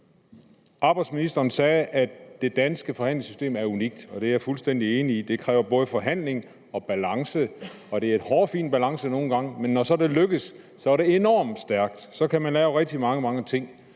Beskæftigelsesministeren sagde, at det danske forhandlingssystem er unikt, og det er jeg fuldstændig enig i. Det kræver både forhandling og balance, og det er en hårfin balance nogle gange, men når så det lykkes, er det enormt stærkt. Så kan man lave rigtig, rigtig mange ting,